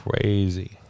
Crazy